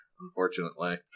unfortunately